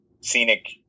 scenic